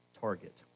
target